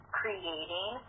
creating